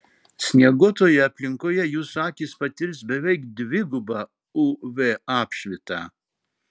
snieguotoje aplinkoje jūsų akys patirs beveik dvigubą uv apšvitą